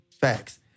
Facts